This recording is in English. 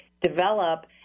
develop